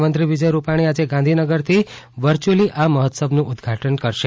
મુખ્યમંત્રી વિજય રૂપાણી આજે ગાંધીનગરથી વચ્યુઅલી આ મહોત્સવનું ઉદ્દઘાટન કરશે